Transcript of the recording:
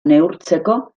neurtzeko